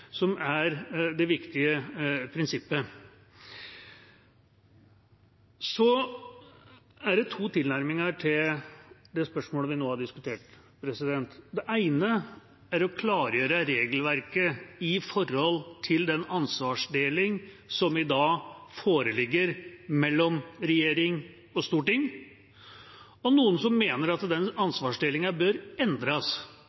er to tilnærminger til det spørsmålet vi nå har diskutert. Den ene er å klargjøre regelverket med hensyn til den ansvarsdeling som i dag foreligger mellom regjering og storting, og noen mener at den